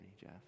Jeff